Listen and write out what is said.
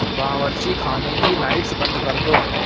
باورچی خانے کی لائٹس بند کر دو